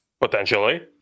Potentially